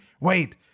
Wait